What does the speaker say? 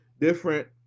different